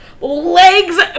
legs